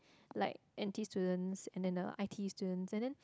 like N_T_E students and then the I_T_E students and then